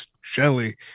Shelly